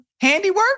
handiwork